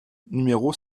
numéro